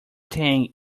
tang